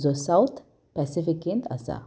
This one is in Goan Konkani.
जो सावथ पॅसिफिकेंत आसा